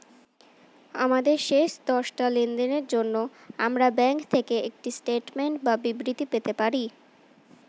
আমাদের শেষ দশটা লেনদেনের জন্য আমরা ব্যাংক থেকে একটা স্টেটমেন্ট বা বিবৃতি পেতে পারি